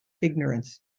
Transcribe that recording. Ignorance